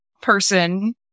person